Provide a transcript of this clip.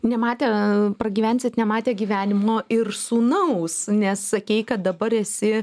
nematę pragyvensit nematę gyvenimo ir sūnaus nes sakei kad dabar esi